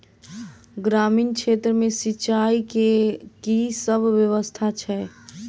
ग्रामीण क्षेत्र मे सिंचाई केँ की सब व्यवस्था छै?